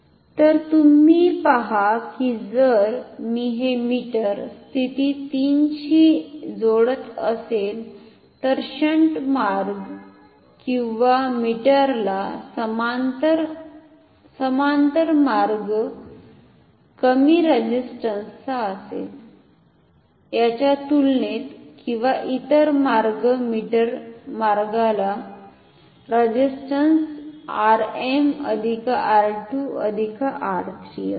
तर तुम्ही पहा की जर मी हे मीटर स्थिती 3 शी जोडत असेल तर शंट मार्ग किंवा मीटरला समांतर समांतर मार्ग कमी रेझिस्टंस चा असेल याच्या तुलनेत किंवा इतर मार्ग मीटर मार्गाला resistance R m R 2 R 3 असेल